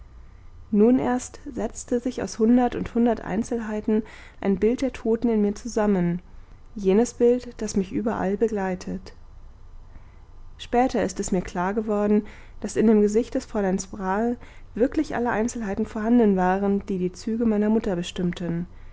nun erst setzte sich aus hundert und hundert einzelheiten ein bild der toten in mir zusammen jenes bild das mich überall begleitet später ist es mir klar geworden daß in dem gesicht des fräuleins brahe wirklich alle einzelheiten vorhanden waren die die züge meiner mutter bestimmten